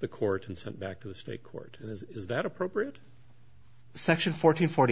the court and sent back to the state court is that appropriate section fourteen forty